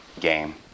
Game